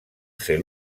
ser